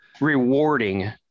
rewarding